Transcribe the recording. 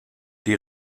die